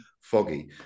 foggy